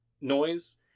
noise